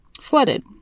flooded